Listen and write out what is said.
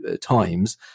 times